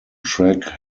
track